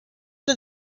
did